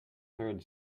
third